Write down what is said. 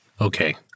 Okay